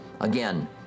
Again